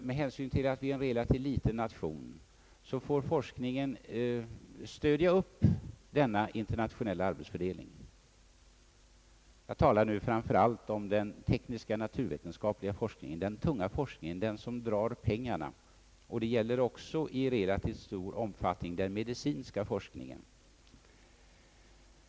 Med hänsyn till att Sverige är en relativt liten nation får forskningen stödja denna internationella arbetsfördelning — jag talar framför allt om den tekniska, naturvetenskapliga forskningen, den tunga forskningen som drar pengarna, och det gäller också i relativt stor utsträckning den medicinska forskningen.